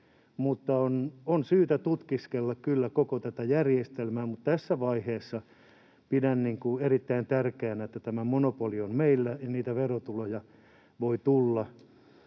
on syytä tutkiskella kyllä koko tätä järjestelmää. Tässä vaiheessa pidän erittäin tärkeänä, että tämä monopoli on meillä ja että verotuloja voi tulla.